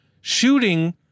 shooting